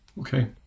Okay